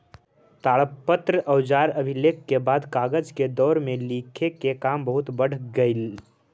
ताड़पत्र औउर अभिलेख के बाद कागज के दौर में लिखे के काम बहुत बढ़ गेलई